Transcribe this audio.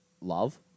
love